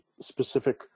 specific